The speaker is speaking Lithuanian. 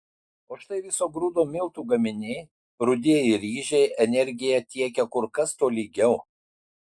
o štai viso grūdo miltų gaminiai rudieji ryžiai energiją tiekia kur kas tolygiau